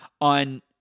on